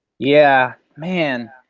yeah. man,